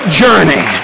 journey